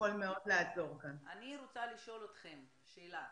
תשובה עוד לפני סיום הדיון כי לא מקובל עליי